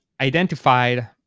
identified